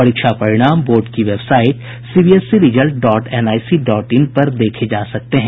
परीक्षा परिणाम बोर्ड की website CBSE result dot NIC dot in पर देखे जा सकते हैं